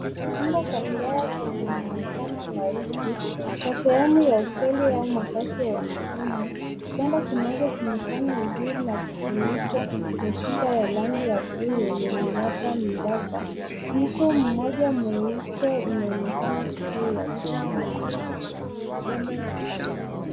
Chumba cha kulala chenye mwonekano rahisi, kwa sehemu ya hosteli au makazi ya wanafunzi .Kitanda kimoja kimefanywa vizuri na kufunikwa na shuka ya rangi ya buluu yenye miraba miraba .Mto mmoja mweupe unaonekana juu ya kitanda,